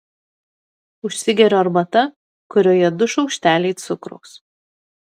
užsigeriu arbata kurioje du šaukšteliai cukraus